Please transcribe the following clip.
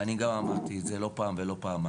וגם אני אמרתי את זה לא פעם ולא פעמיים,